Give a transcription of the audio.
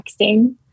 texting